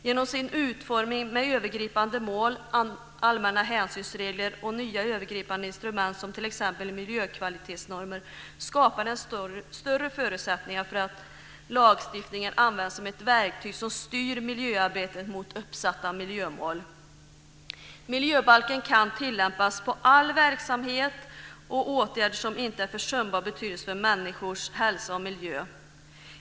Genom sin utformning med övergripande mål, allmänna hänsynsregler och nya övergripande instrument, t.ex. miljökvalitetsnormer, skapar den större förutsättningar för att lagstiftningen används som ett verktyg som styr miljöarbetet mot uppsatta miljömål. Miljöbalken kan tillämpas på all verksamhet och för åtgärder som inte är av försumbar betydelse för människors hälsa och miljö.